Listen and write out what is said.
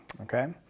okay